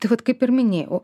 tai vat kaip ir minėjau